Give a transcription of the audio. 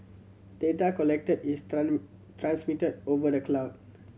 data collected is transmitted over the cloud